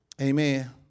Amen